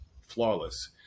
flawless